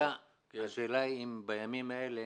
השאלה היא אם בימים אלה